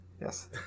Yes